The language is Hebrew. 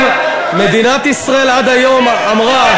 בעצם מדינת ישראל עד היום אמרה,